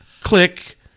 click